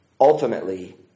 ultimately